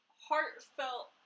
heartfelt